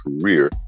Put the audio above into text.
career